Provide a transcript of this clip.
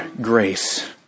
grace